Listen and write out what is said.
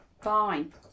Fine